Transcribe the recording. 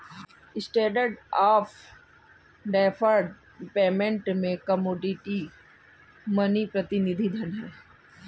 standard of deferred payment में commodity money प्रतिनिधि धन हैं